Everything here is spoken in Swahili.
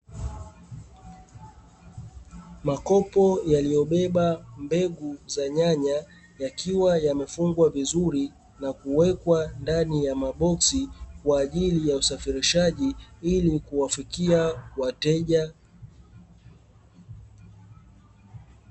Makopo yaliyobeba mbegu za nyanya yakiwa yakiwa yamefungwa vizuri na kuwekwa ndani ya maboksi kwa ajili ya usafirishaji, ili kuwafikia wateja.